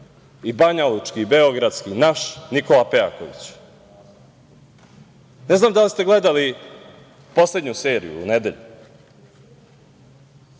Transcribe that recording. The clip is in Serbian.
banjalučki, beogradski, naš Nikola Pejaković. Ne znam da li ste gledali poslednju seriju u nedelju.